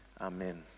Amen